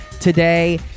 today